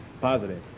Positive